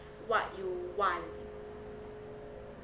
what you want